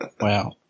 Wow